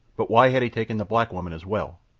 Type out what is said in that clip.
but why had he taken the black woman as well?